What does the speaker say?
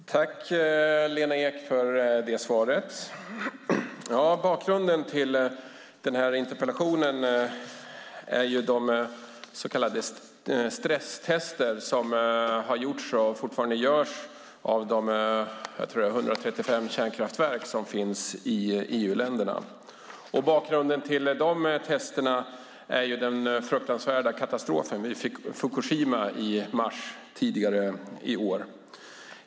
Fru talman! Jag tackar Lena Ek för svaret. Bakgrunden till interpellationen är de så kallade stresstester som har gjorts och fortfarande görs av de 135 kärnkraftverk som finns i EU-länderna. Bakgrunden till testerna är den fruktansvärda katastrofen vid Fukushima i mars i år.